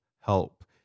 help